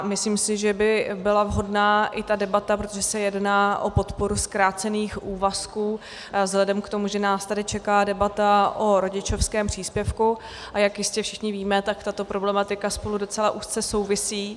Myslím si, že by byla vhodná i ta debata, protože se jedná o podporu zkrácených úvazků vzhledem k tomu, že nás tady čeká debata o rodičovském příspěvku, a jak jistě všichni víme, tak tato problematika spolu docela úzce souvisí.